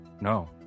No